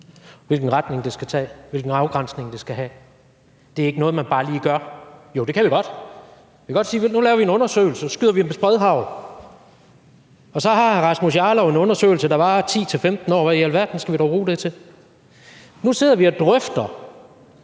hvilken retning den skal tage, hvilken afgrænsning den skal have. Det er ikke noget, man bare lige gør. Jo, det kan vi godt. Vi kan godt sige, at nu laver vi en undersøgelse, og så skyder vi med spredehagl, og så har hr. Rasmus Jarlov en undersøgelse, der varer 10-15 år. Hvad i alverden skal vi dog bruge den til? Nu sidder vi og drøfter